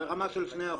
ברמה של שני אחוזים.